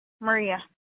Maria